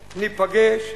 ניפגש,